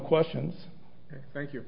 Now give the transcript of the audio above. questions thank you